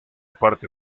parte